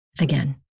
again